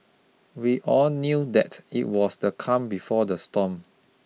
we all knew that it was the calm before the storm